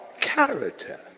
character